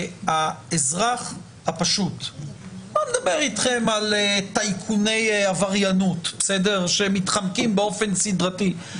אני לא מדבר על טייקוני עבריינות שמתחמקים באופן סדרתי,